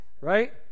Right